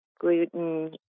gluten